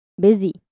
busy